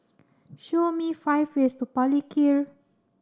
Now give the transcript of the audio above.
show me five ways to Palikir